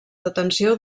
detenció